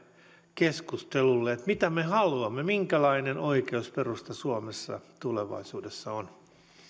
keskustelulle että mitä me haluamme minkälainen oi keusperusta suomessa tulevaisuudessa on